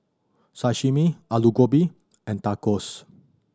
Sashimi Alu Gobi and Tacos